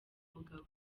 mugabo